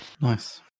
Nice